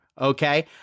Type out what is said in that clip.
okay